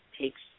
takes